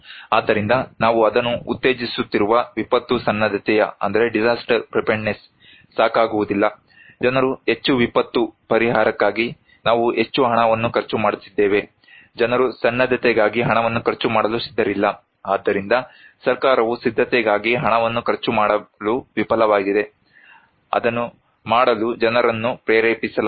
ಆದ್ದರಿಂದ ನಾವು ಅದನ್ನು ಉತ್ತೇಜಿಸುತ್ತಿರುವ ವಿಪತ್ತು ಸನ್ನದ್ಧತೆ ಸಾಕಾಗುವುದಿಲ್ಲ ಜನರು ಹೆಚ್ಚು ವಿಪತ್ತು ಪರಿಹಾರಕ್ಕಾಗಿ ನಾವು ಹೆಚ್ಚು ಹಣವನ್ನು ಖರ್ಚು ಮಾಡುತ್ತಿದ್ದೇವೆ ಜನರು ಸನ್ನದ್ಧತೆಗಾಗಿ ಹಣವನ್ನು ಖರ್ಚು ಮಾಡಲು ಸಿದ್ಧರಿಲ್ಲ ಆದ್ದರಿಂದ ಸರ್ಕಾರವು ಸಿದ್ಧತೆಗಾಗಿ ಹಣವನ್ನು ಖರ್ಚು ಮಾಡಲು ವಿಫಲವಾಗಿದೆ ಅದನ್ನು ಮಾಡಲು ಜನರನ್ನು ಪ್ರೇರೇಪಿಸಲಾಗಿಲ್ಲ